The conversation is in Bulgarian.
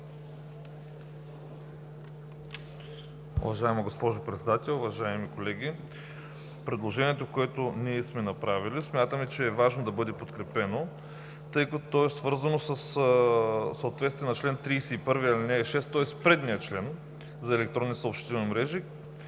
Уважаема госпожо Председател, уважаеми колеги! Предложението, което сме направили, смятаме, че е важно да бъде подкрепено, тъй като то съответства на чл. 31, ал. 6, тоест предният член за електронни съобщителни мрежи,